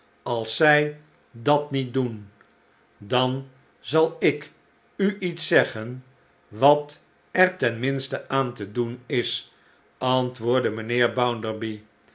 als zij dat niet doen dan zal ik u iets zeggen wat er ten minste aan te doen is antwoordde mijnheer